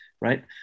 Right